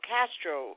Castro